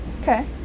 okay